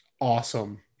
Awesome